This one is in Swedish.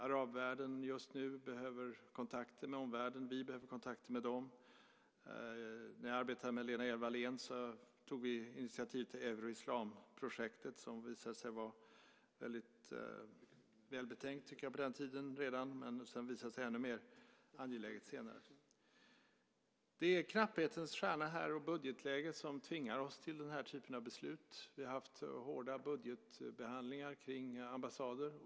Arabvärlden behöver just nu kontakter med omvärlden, och vi behöver kontakter med dem. När jag arbetade med Lena Hjelm-Wallén tog vi initiativ till Euro-islam-projektet som visade sig vara väldigt välbetänkt redan på den tiden. Men det visade sig ännu mer angeläget senare. Det är knapphetens stjärna här och budgetläget som tvingar oss till denna typ av beslut. Vi har haft hårda budgetbehandlingar om ambassader.